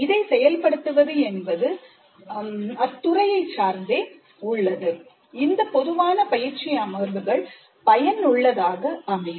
இதை செயல்படுத்துவது என்பது அத்துறையை சார்ந்தே உள்ளது இந்தப் பொதுவான பயிற்சி அமர்வுகள் பயனுள்ளதாக அமையும்